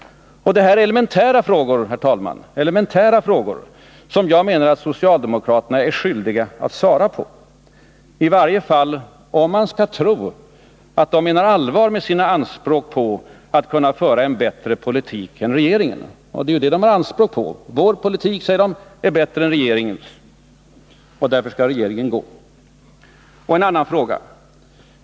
Det här är, herr talman, elementära frågor som jag menar att socialdemokraterna är skyldiga att svara på. I varje fall måste de göra det, om de menar allvar med sina anspråk på att kunna föra en bättre politik än regeringen — och det gör de ju anspråk på. Vår politik, säger de, är bättre än regeringens, och därför skall regeringen gå. Så en annan fråga.